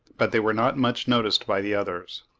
but they were not much noticed by the others.